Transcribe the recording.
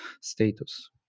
status